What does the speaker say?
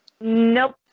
Nope